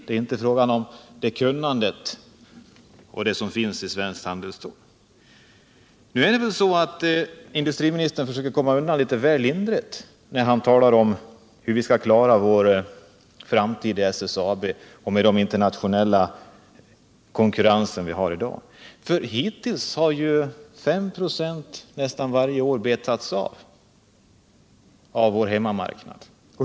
Det är inte fråga om kunnande och det som finns i svenskt handelsstål. Industriministern försöker komma undan väl lindrigt när han talar om hur vi skall klara vår framtid i SSAB och med den internationella konkurrens vi har i dag. Hittills har ju varje år nästan 5 26 av vår hemmamarknad betats av.